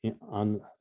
on